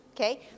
Okay